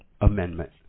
amendment